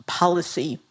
policy